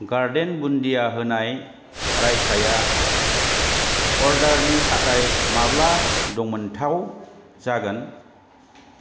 garden बुन्दिया होनाय रायथाया अर्डारनि थाखाय माब्ला दंमोनथाव जागोन